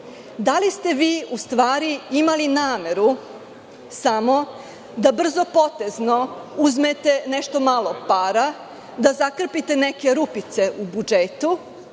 Da li ste vi u stvari imali nameru samo da brzopotezno uzmete nešto malo para, da zakrpite neke rupice u budžetu